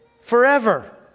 forever